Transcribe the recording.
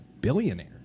billionaire